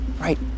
Right